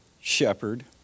shepherd